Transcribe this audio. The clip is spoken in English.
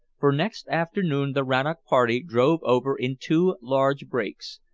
for next afternoon the rannoch party drove over in two large brakes,